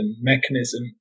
mechanism